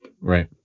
Right